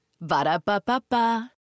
Ba-da-ba-ba-ba